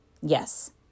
Yes